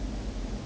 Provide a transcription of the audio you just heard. ya